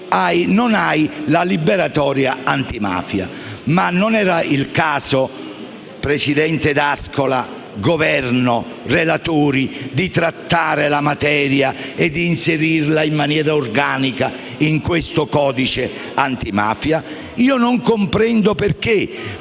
non ha la liberatoria antimafia. Ma non era il caso, presidente D'Ascola, Governo, relatori, di trattare la materia e di inserirla in maniera organica in questo codice antimafia? Io non comprendo perché: